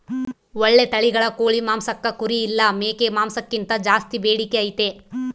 ಓಳ್ಳೆ ತಳಿಗಳ ಕೋಳಿ ಮಾಂಸಕ್ಕ ಕುರಿ ಇಲ್ಲ ಮೇಕೆ ಮಾಂಸಕ್ಕಿಂತ ಜಾಸ್ಸಿ ಬೇಡಿಕೆ ಐತೆ